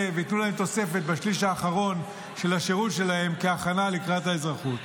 וייתנו להם תוספת בשליש האחרון של השירות שלהם כהכנה לקראת האזרחות.